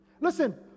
Listen